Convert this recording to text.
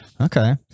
Okay